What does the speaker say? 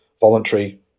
voluntary